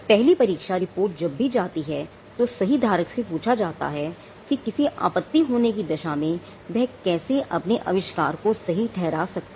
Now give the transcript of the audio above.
पहली परीक्षा रिपोर्ट जब भी जाती है तो सही धारक से पूछा जाता है कि किसी आपत्ति होने की दशा में वह कैसे अपने अविष्कार को सही ठहरा सकता है